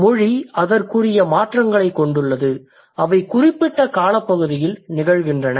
மொழி அதற்குரிய மாற்றங்களைக் கொண்டுள்ளது அவை குறிப்பிட்ட காலப்பகுதியில் நிகழ்கின்றன